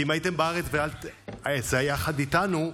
כי אם הייתם בארץ יחד איתנו,